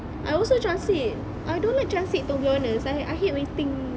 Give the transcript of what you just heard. I also transit I don't like transit to be honest I hate waiting